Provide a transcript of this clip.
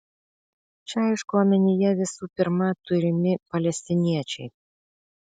čia aišku omenyje visų pirma turimi palestiniečiai